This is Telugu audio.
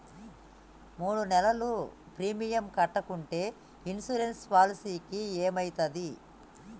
మూడు నెలలు ప్రీమియం కట్టకుంటే ఇన్సూరెన్స్ పాలసీకి ఏమైతది?